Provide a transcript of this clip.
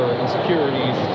insecurities